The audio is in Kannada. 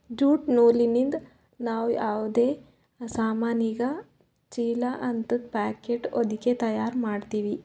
ಜ್ಯೂಟ್ ನೂಲಿಂದ್ ನಾವ್ ಯಾವದೇ ಸಾಮಾನಿಗ ಚೀಲಾ ಹಂತದ್ ಪ್ಯಾಕೆಟ್ ಹೊದಕಿ ತಯಾರ್ ಮಾಡ್ತೀವಿ